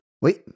Oui